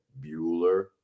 Bueller